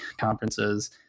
conferences